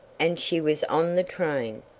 and she was on the train.